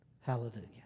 Hallelujah